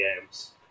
games